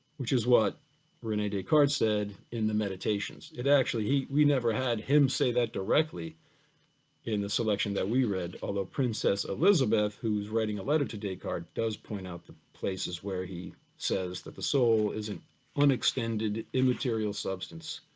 which is what rene descartes said in the meditations, it actually, he, we never had him say that directly in the selection that we read, although princess elizabeth, who was writing a letter to descartes, does point out the places where he says that the soul is an unextended immaterial substance,